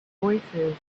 voicesand